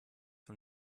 von